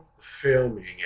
Filming